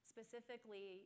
Specifically